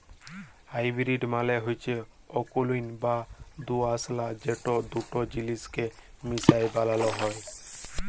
hybrid মালে হচ্যে অকুলীন বা দুআঁশলা যেট দুট জিলিসকে মিশাই বালালো হ্যয়